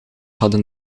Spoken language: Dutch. hadden